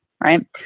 right